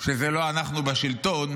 שלא אנחנו בשלטון,